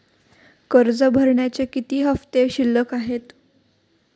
कर्ज भरण्याचे किती हफ्ते शिल्लक आहेत?